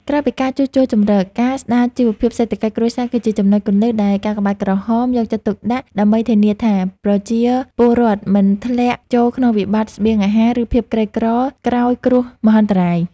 ក្រៅពីការជួសជុលជម្រក ការស្ដារជីវភាពសេដ្ឋកិច្ចគ្រួសារគឺជាចំណុចគន្លឹះដែលកាកបាទក្រហមយកចិត្តទុកដាក់ ដើម្បីធានាថាប្រជាពលរដ្ឋមិនធ្លាក់ចូលក្នុងវិបត្តិស្បៀងអាហារ ឬភាពក្រីក្រក្រោយគ្រោះមហន្តរាយ។